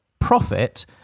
profit